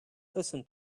listen